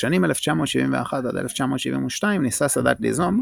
בשנים 1971–1972 ניסה סאדאת ליזום,